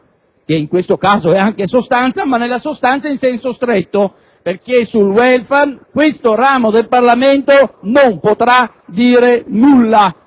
che in questo caso è anche sostanza - ma nella sostanza in senso stretto, perché sul *welfare* questo ramo del Parlamento non potrà dire nulla.